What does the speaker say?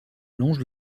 longe